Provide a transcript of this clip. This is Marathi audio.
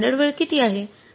तर स्टॅंडर्ड वेळ किती आहे